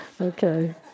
Okay